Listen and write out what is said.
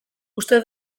uste